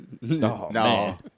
No